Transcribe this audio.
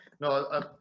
No